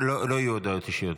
לא יהיו הודעות אישיות.